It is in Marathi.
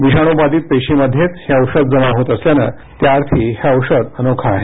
विषाणूबाधित पेशींमध्येच हे औषध जमा होत असल्यानं त्याअर्थी हे औषध अनोखं आहे